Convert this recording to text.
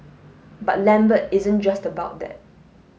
but Lambert isn't just about that